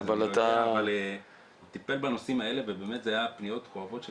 אבל הוא טיפל בנושאים האלה ובאמת אלה היו פניות כואבות של